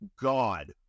God